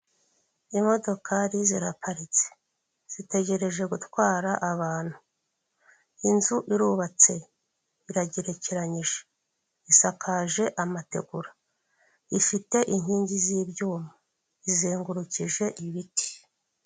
Imodokari ziraparitse, zitegereje gutwara abantu. Inzu irubatse iragerekeranyije, isakaje amategura, ifite inkingi z'ibyuma, izengurukije ibiti.